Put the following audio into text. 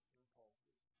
impulses